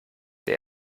der